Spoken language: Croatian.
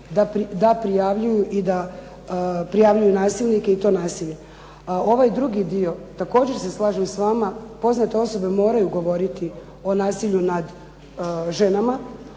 da prijavljuju nasilnike i to nasilje. A ovaj drugi dio također se slažem s vama, poznate osobe moraju govoriti o nasilju nad ženama